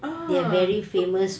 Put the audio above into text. ah tu